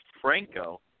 Franco